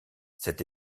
cette